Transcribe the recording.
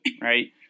right